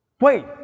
Wait